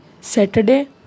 Saturday